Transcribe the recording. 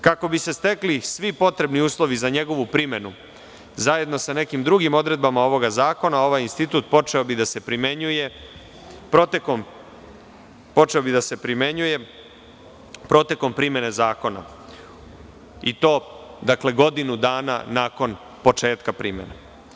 Kako bi se stekli svi potrebni uslovi za njegovu primenu, zajedno sa nekim drugim odredbama ovog zakona, ovaj institut počeo bi da se primenjuje protekom primene zakona i to godinu dana nakon početka primene.